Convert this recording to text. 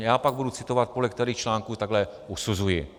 A já pak budu citovat, podle kterých článků takhle usuzuji.